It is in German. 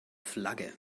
flagge